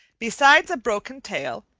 besides a broken tail,